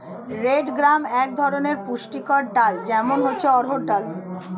red gram এক ধরনের পুষ্টিকর ডাল, যেমন হচ্ছে অড়হর ডাল